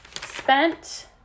spent